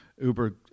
Uber